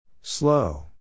Slow